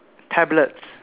tablets